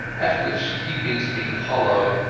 at which he beat me hollow.